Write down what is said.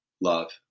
love